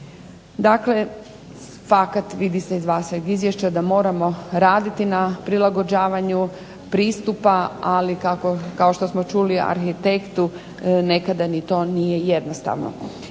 Dakle, fakat vidi se iz vašeg izvješća da moramo raditi na prilagođavanju pristupa, ali kao što smo čuli arhitektu nekada ni to nije jednostavno.